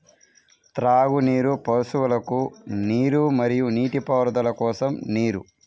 త్రాగునీరు, పశువులకు నీరు మరియు నీటిపారుదల కోసం నీరు